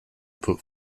put